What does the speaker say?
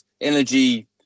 energy